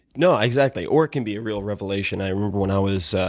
no, exactly or it can be a real revelation. i remember when i was